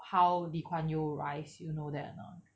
how lee kuan yew rise you know that or not